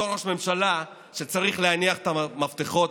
אותו ראש ממשלה צריך להניח את המפתחות,